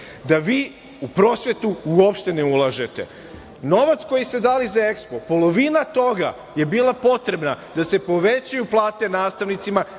da vi u prosvetu uopšte ne ulažete. Novac koji se dali za EKSPO, polovina toga je bila potrebna da se povećaju plate nastavnicima